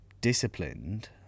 disciplined